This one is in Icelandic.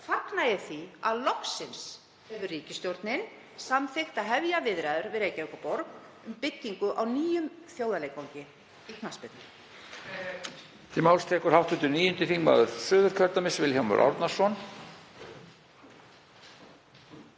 fagna ég því að loksins hefur ríkisstjórnin samþykkt að hefja viðræður við Reykjavíkurborg um byggingu á nýjum þjóðarleikvangi í knattspyrnu.